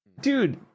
dude